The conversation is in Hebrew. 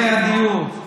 מחירי הדיור,